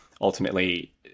ultimately